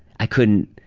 i couldn't